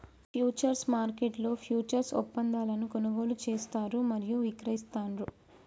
futures మార్కెట్లో futures ఒప్పందాలను కొనుగోలు చేస్తారు మరియు విక్రయిస్తాండ్రు